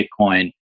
Bitcoin